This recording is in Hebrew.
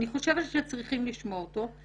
אני חושבת שצריכים לשמוע אותו,